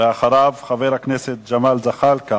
ואחריו, חבר הכנסת ג'מאל זחאלקה.